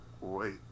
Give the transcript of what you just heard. wait